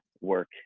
work